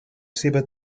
seva